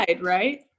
right